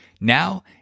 Now